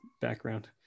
background